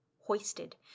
hoisted